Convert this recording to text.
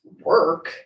work